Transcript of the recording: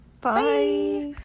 bye